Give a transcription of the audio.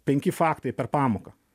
penki faktai per pamoką